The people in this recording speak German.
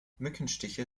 mückenstiche